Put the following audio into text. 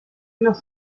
los